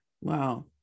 Wow